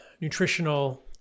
nutritional